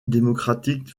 démocratique